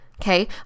okay